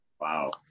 Wow